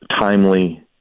timely